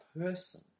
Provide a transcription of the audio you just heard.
person